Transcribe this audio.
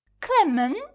Clement